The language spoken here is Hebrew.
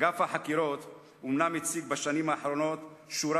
אגף החקירות אומנם הציג בשנים האחרונות שורה